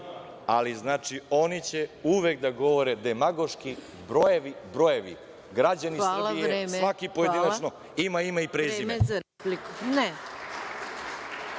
Ali, oni će uvek da govore demagoški, brojevi, brojevi. Građanin Srbije, svaki pojedinačno ima ime i prezime.